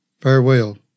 Farewell